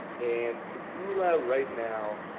and taboola right now,